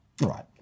Right